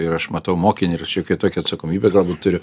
ir aš matau mokinį ir šiokią tokią atsakomybę galbūt turiu